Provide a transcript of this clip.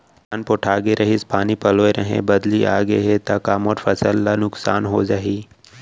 धान पोठागे रहीस, पानी पलोय रहेंव, बदली आप गे हे, का मोर फसल ल नुकसान हो जाही?